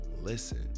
Listen